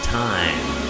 time